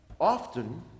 Often